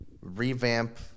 revamp